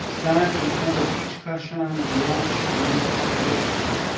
stand in front of each kashan and watch or make observations.